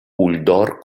uldor